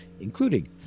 including